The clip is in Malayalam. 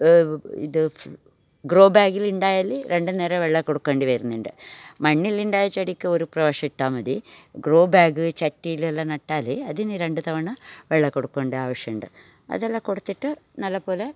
ഇത് ഗ്രോ ബാഗിൽ ഉണ്ടായാൽ രണ്ട് നേരം വെള്ളം കൊടുക്കേണ്ടി വരുന്നുണ്ട് മണ്ണിലുണ്ടായ ചെടിക്ക് ഒരു പ്രാവശ്യം ഇട്ടാൽ മതി ഗ്രോ ബാഗ് ചട്ടീലെല്ലാം നട്ടാൽ അതിന് രണ്ട് തവണ വെള്ളം കൊടുക്കേണ്ട ആവശ്യമുണ്ട് അതെല്ലാം കൊടുത്തിട്ട് നല്ല പോലെ